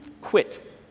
quit